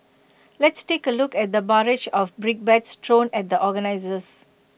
let's take A look at the barrage of brickbats thrown at the organisers